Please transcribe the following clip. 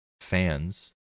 fans